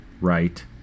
right